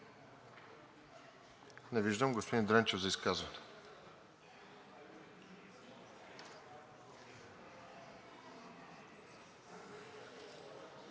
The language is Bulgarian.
Не виждам. Господин Дренчев, за изказване.